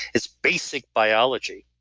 it's basic biology.